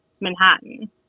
Manhattan